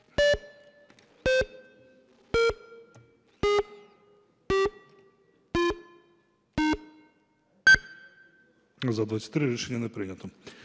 За-20 Рішення не прийнято.